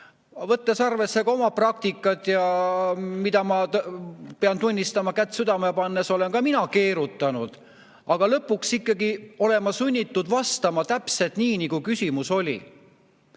Võttes arvesse ka oma praktikat, ma pean tunnistama, kätt südamele pannes, et olen ka mina keerutanud, aga lõpuks olen ma ikkagi olnud sunnitud vastama täpselt nii, nagu küsimus oli.